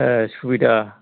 सुबिदा